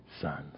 sons